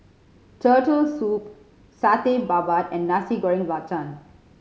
Turtle Soup Satay Babat and Nasi Goreng Belacan